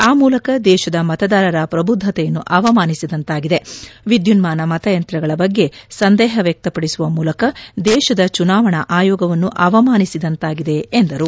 ಆ ಮೂಲಕ ದೇಶದ ಮತದಾರರ ಪ್ರಬುದ್ದತೆಯನ್ನು ಅವಮಾನಿಸಿದಂತಾಗಿದೆ ವಿದ್ಯುನ್ಮಾನ ಮತಯಂತ್ರಗಳ ಬಗ್ಗೆ ಸಂದೇಹ ವ್ಯಕ್ತಪದಿಸುವ ಮೂಲಕ ದೇಶದ ಚುನಾವಣಾ ಅಯೋಗವನ್ನು ಅವಮಾನಿಸಿದಂತಾಗಿದೆ ಎಂದರು